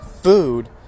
Food